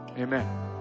Amen